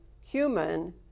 human